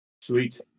Sweet